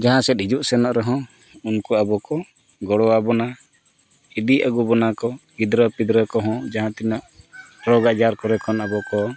ᱡᱟᱦᱟᱸ ᱥᱮᱫ ᱦᱤᱡᱩᱜ ᱥᱮᱱᱚᱜ ᱨᱮᱦᱚᱸ ᱩᱱᱠᱩ ᱟᱵᱚ ᱠᱚ ᱜᱚᱲᱚ ᱟᱵᱚᱱᱟ ᱤᱫᱤ ᱟᱹᱜᱩ ᱵᱚᱱᱟ ᱠᱚ ᱜᱤᱫᱽᱨᱟᱹ ᱯᱤᱫᱽᱨᱟᱹ ᱠᱚᱦᱚᱸ ᱡᱟᱦᱟᱸ ᱛᱤᱱᱟᱹᱜ ᱨᱳᱜᱽ ᱟᱡᱟᱨ ᱠᱚᱨᱮ ᱠᱷᱚᱱ ᱟᱵᱚ ᱠᱚ